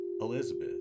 Elizabeth